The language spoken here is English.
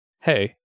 hey